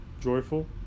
joyful